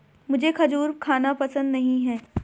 मुझें खजूर खाना पसंद नहीं है